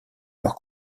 leur